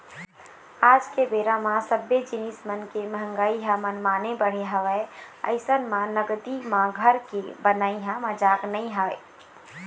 आज के बेरा म सब्बे जिनिस मन के मंहगाई ह मनमाने बढ़े हवय अइसन म नगदी म घर के बनई ह मजाक नइ हे